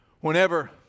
whenever